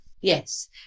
Yes